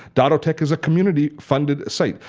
dottotech is a community-funded site.